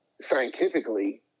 scientifically